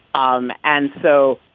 um and so,